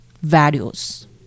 values